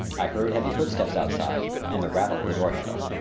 i heard heavy footsteps outside and the rattle of the doorhandle.